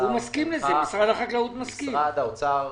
שר האוצר